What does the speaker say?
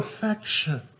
perfection